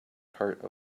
part